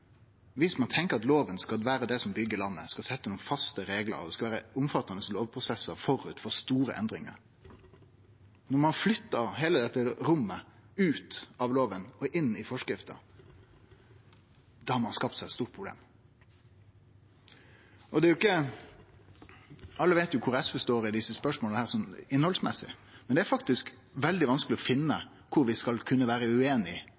at det skal vere omfattande lovprosessar forut for store endringar – når ein flyttar heile dette rommet ut av loven og inn i forskrifta, har ein skapt seg eit stort problem. Alle veit jo kvar SV innhaldsmessig står i desse spørsmåla, men det er faktisk veldig vanskeleg å finne kvar vi skal kunne vere ueinige i